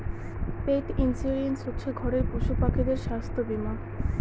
পেট insurance হচ্ছে ঘরের পশুপাখিদের স্বাস্থ্য বীমা